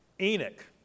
Enoch